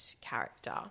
character